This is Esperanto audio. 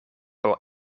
por